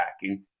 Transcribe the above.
packing